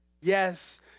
Yes